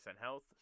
health